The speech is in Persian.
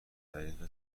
طریق